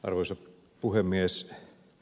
arvoisa puhemies